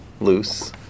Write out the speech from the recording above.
loose